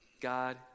God